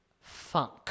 funk